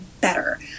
better